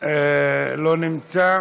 לא נמצא.